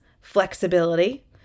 flexibility